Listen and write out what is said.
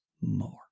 more